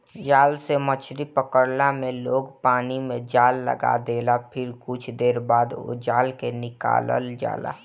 जाल से मछरी पकड़ला में लोग पानी में जाल लगा देला फिर कुछ देर बाद ओ जाल के निकालल जाला